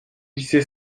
lycée